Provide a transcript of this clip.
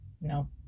no